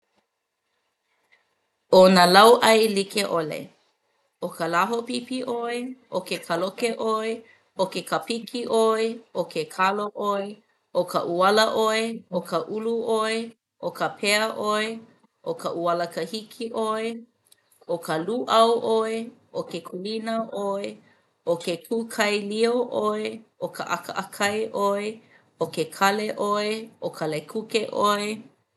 'O nā lauʻai like ʻole. ʻO ka lahopipi ʻoe, ʻo ke kaloko ʻoe, ʻo ke kāpiki ʻoe, ʻo ke kalo ʻoe, ʻo ka ʻuala ʻoe, ʻo ka ʻulu ʻoe, ʻo ka pea ʻoe, ʻo ka ʻuala kahiki ʻoe, ʻo ka lūʻau ʻoe ʻo ke kūlina ʻoe, ʻo ke kūkaelio ʻoe, ʻo ka ʻakaʻakai ʻoe, ʻo ke kale ʻoe, ʻo ka lekuke ʻoe.